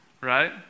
right